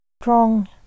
strong